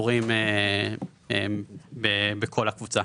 לפיטורים בכל הקבוצה.